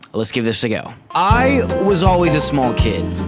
let's give this a go. i was always a small kid,